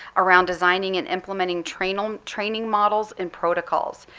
around designing and implementing training um training models and protocols.